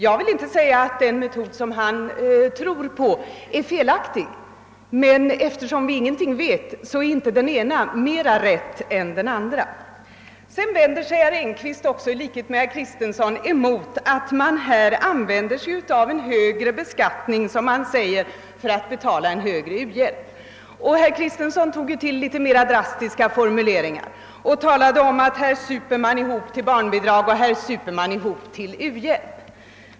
Jag vill inte säga att den metod som herr Engkvist tror på är felaktig, men eftersom vi ingenting vet är inte den ena metoden mera rätt än den andra. I likhet med herr Kristenson vänder sig herr Engkvist mot att man här använder en högre beskattning för att betala en högre u-hjälp. Herr Kristenson tog till litet mera drastiska formuleringar och talade om att man super ihop till barnbidrag och till u-hjälp.